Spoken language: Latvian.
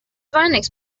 vainīgs